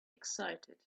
excited